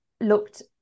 looked